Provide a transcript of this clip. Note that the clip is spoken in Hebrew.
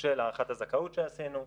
של הארכת הזכאות שעשינו,